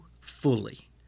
fully